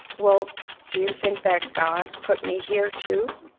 well, do you think that god put me here too?